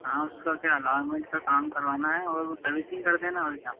हाँ उसका क्या एलाइनमेंट का काम करवाना है और वो सर्विसिंग कर देना और क्या